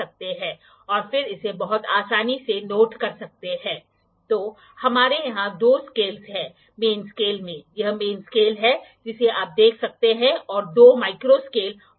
Value of 1 MSD 1° MSD Main Scale Division MSD मुख्य scale division 24 VSD 46 MSD VSD Vernier Scale Division V S D vernier scale division 1 VSD of 23 ° तो तो यह स्पष्ट है कि एक वर्नियर विभाजन 1 12th of 23°के बराबर होती है